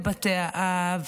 זה בתי האב.